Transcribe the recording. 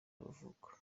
y’amavuko